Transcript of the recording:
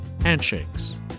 Handshakes